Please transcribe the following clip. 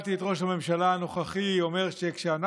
שמעתי את ראש הממשלה הנוכחי אומר כשאנחנו